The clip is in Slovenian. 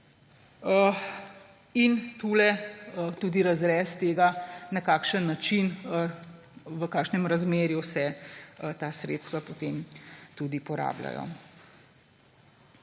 tu tudi razrez tega, na kakšen način, v kakšnem razmerju se ta sredstva potem tudi porabljajo.